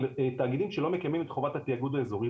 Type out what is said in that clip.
על תאגידים שלא מקיימים את חובת התאגוד האזורי,